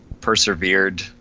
persevered